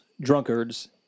drunkards